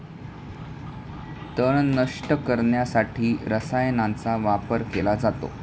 तण नष्ट करण्यासाठी रसायनांचा वापर केला जातो